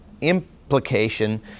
implication